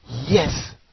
yes